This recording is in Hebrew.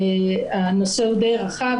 והנושא הוא די רחב,